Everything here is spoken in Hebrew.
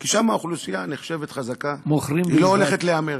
כי שם האוכלוסייה נחשבת חזקה, היא לא הולכת להמר.